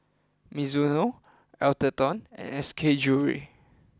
Mizuno Atherton and SK Jewellery